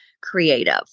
creative